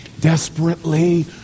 desperately